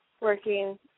working